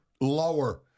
Lower